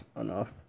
enough